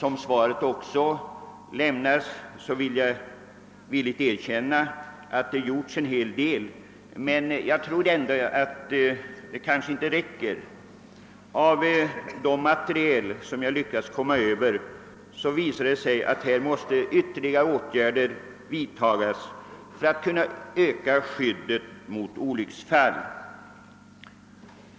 Av svaret framgår att det gjorts en hel del — det skall jag villigt erkänna — men jag tror att det ändå inte räcker. Det material som jag lyckats komma över visar att ytterligare åtgärder måste vidtas för att förbättra skyddet mot olycksfall.